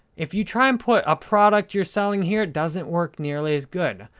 if you try and put a product you're selling here, it doesn't work nearly as good.